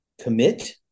commit